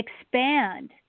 expand